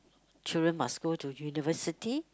children must go to university